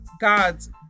God's